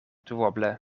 duoble